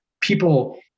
people